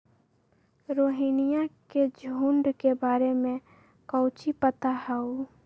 रोहिनया के झुंड के बारे में कौची पता हाउ?